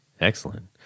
Excellent